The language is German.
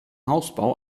hausbau